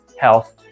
health